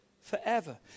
forever